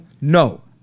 No